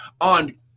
on